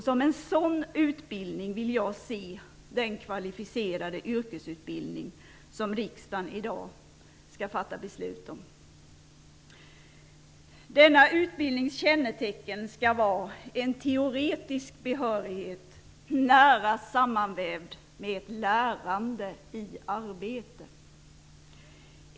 Som en sådan utbildning vill jag se den kvalificerade yrkesutbildning som riksdagen i dag skall fatta beslut om. Denna utbildnings kännetecken skall vara en teoretisk behörighet, nära sammanvävd med ett lärande i arbete.